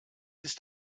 ist